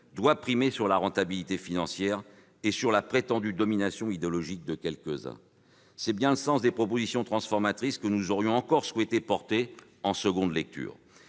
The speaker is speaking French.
doit primer sur la rentabilité financière et sur la prétendue domination idéologique de quelques-uns. C'est bien le sens des propositions transformatrices que nous aurions encore souhaité promouvoir en nouvelle lecture.